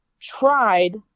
tried